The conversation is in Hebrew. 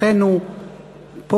אחינו פה,